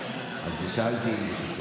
אז שאלתי.